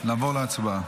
נעבור להצבעה.